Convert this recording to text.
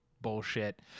bullshit